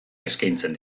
eskaintzen